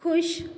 खुश